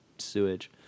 sewage